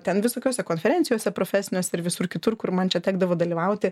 ten visokiose konferencijose profesiniuose ir visur kitur kur man čia tekdavo dalyvauti